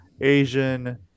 Asian